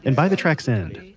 and by the track's end,